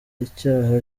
icyaha